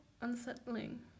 unsettling